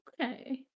Okay